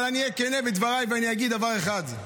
אבל אני אהיה כן בדבריי ואני אגיד דבר אחד: